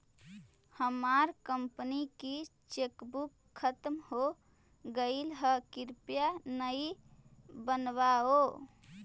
हमार कंपनी की चेकबुक खत्म हो गईल है, कृपया नई बनवाओ